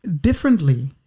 differently